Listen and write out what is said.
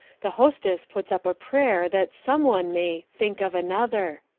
the hostess puts up a prayer that some one may think of another.